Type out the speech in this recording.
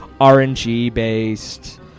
RNG-based